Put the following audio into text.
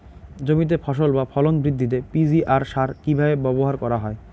জমিতে ফসল বা ফলন বৃদ্ধিতে পি.জি.আর সার কীভাবে ব্যবহার করা হয়?